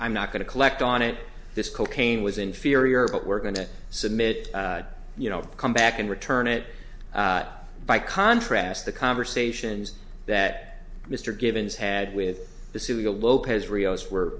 i'm not going to collect on it this cocaine was inferior but we're going to submit you know come back and return it by contrast the conversations that mr givens had with the serial lopez rios were